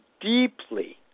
deeply